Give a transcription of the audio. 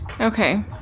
Okay